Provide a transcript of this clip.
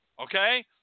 Okay